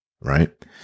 Right